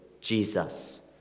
Jesus